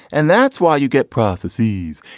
and that's why you get prostheses.